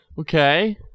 Okay